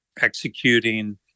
executing